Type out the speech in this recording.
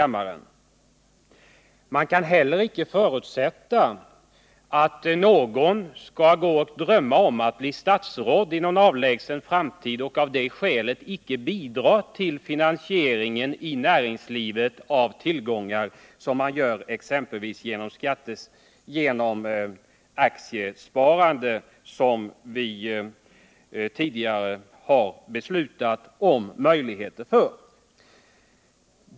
Man kan heller inte förutsätta att någon skall gå och drömma om att bli statsråd i någon avlägsen framtid och av det skälet låta bli att bidra till näringslivets finansiering — som man gör exempelvis genom den typ av aktiesparande som vi alltså tidigare har beslutat att stimulera.